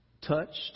touched